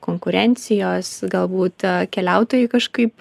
konkurencijos galbūt keliautojai kažkaip